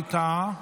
ווליד טאהא,